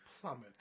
Plummet